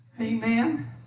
Amen